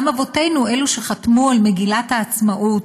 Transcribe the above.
גם אבותינו, אלו שחתמו על מגילת העצמאות,